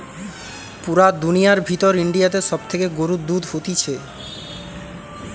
পুরা দুনিয়ার ভিতর ইন্ডিয়াতে সব থেকে গরুর দুধ হতিছে